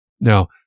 Now